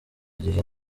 gihe